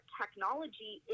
technology